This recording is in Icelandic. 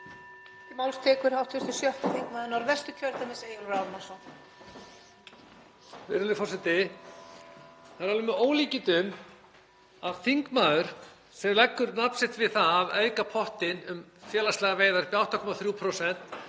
Það er alveg með ólíkindum að þingmaður sem leggur nafn sitt við það að auka pottinn um félagslegar veiðar upp í 8,3%